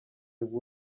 bw’u